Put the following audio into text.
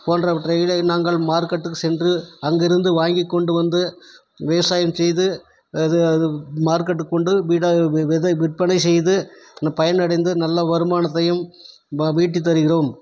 போன்றவற்றைகளை நாங்கள் மார்க்கெட்டுக்கு சென்று அங்கிருந்து வாங்கிக் கொண்டு வந்து விவசாயம் செய்து அது அது மார்க்கெட்டுக்கு கொண்டு பிட வி விதை விற்பனை செய்து பயனடைந்து நல்ல வருமானத்தையும் ப ஈட்டி தருகிறோம்